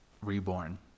reborn